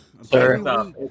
Sir